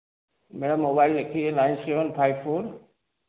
मेरा मोबाइल लिखिए nine seven five four